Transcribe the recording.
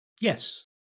Yes